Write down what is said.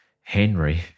Henry